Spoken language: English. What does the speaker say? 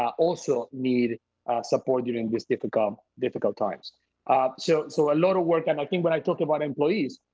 um also, need supported in this difficult difficult time. so. so so a lot of work, i like think when but i talked about employees,